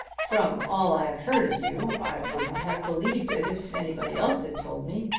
from all i have heard of you i wouldn't have believed it if anybody else had told me.